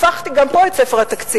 הפכתי גם פה את ספר התקציב,